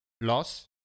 loss